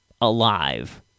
alive